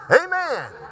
Amen